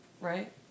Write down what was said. right